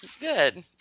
Good